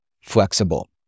flexible